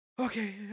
okay